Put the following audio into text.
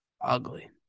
ugly